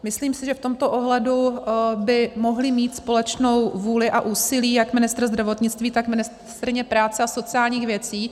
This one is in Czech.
Myslím si, že v tomto ohledu by mohli mít společnou vůli a úsilí jak ministr zdravotnictví, tak ministryně práce a sociálních věcí.